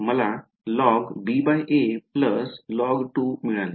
मला मिळाले